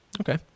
Okay